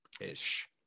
ish